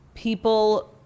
People